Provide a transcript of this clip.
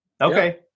Okay